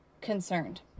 concerned